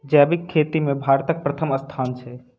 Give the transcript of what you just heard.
जैबिक खेती मे भारतक परथम स्थान छै